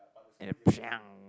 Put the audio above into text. and a